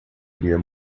iria